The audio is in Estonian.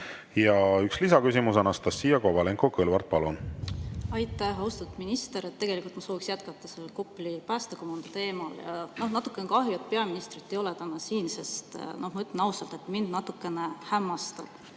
Ja üks lisaküsimus, Anastassia Kovalenko-Kõlvart, palun! Aitäh, austatud minister! Tegelikult ma sooviksin jätkata Kopli päästekomando teemal. Natukene kahju, et peaministrit ei ole täna siin, sest, ma ütlen ausalt, mind natukene hämmastab